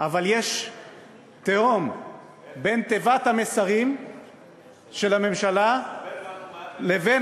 אבל יש תהום בין תיבת המסרים של הממשלה לבין